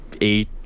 eight